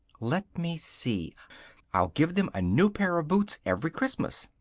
let me see i'll give them a new pair of boots every christmas.